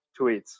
tweets